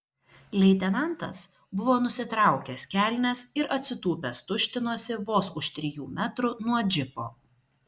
leitenantas buvo nusitraukęs kelnes ir atsitūpęs tuštinosi vos už trijų metrų nuo džipo